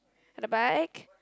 at the back